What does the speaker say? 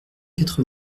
quatre